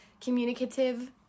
communicative